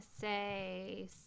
say